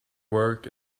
work